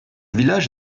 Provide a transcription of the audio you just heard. village